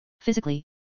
Physically